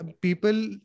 people